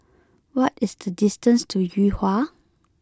what is the distance to Yuhua